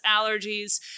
allergies